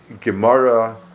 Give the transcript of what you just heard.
Gemara